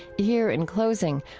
here, in closing,